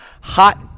hot